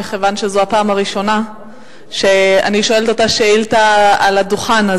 מכיוון שזו הפעם הראשונה שאני שואלת אותה שאילתא על הדוכן.